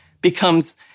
becomes